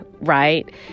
right